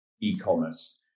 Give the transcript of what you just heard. e-commerce